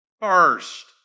First